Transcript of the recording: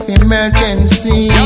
emergency